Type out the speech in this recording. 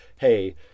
hey